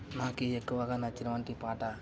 నాకు ఎక్కువగా నచ్చిన వంటి పాట